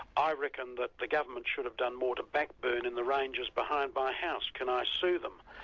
i reckon that the government should have done more to back-burn in the ranges behind my house can i sue them?